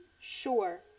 sure